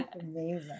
Amazing